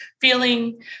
feeling